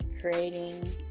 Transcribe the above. creating